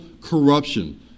corruption